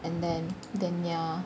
and then then ya